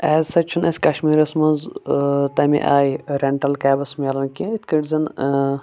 as سَچ چھُنہٕ اَسہِ کشمیٖرَس منٛز تَمہِ آیہِ رٮ۪نٛٹَل کیبٕس مِلان کینٛہہ یِتھ کٲنٛٹھۍ زَن